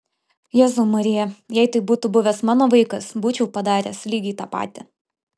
jėzau marija jei tai būtų buvęs mano vaikas būčiau padaręs lygiai tą patį